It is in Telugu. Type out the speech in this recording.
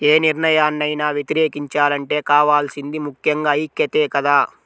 యే నిర్ణయాన్నైనా వ్యతిరేకించాలంటే కావాల్సింది ముక్కెంగా ఐక్యతే కదా